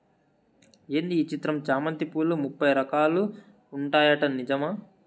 ఏంది ఈ చిత్రం చామంతి పూలు ముప్పై రకాలు ఉంటాయట నిజమా